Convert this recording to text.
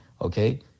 okay